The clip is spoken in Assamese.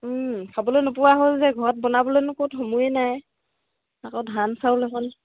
খাবলৈ নোপোৱা হ'ল যে ঘৰত বনাবলৈনো ক'ত সময়ে নাই আকৌ ধান চাউল এখন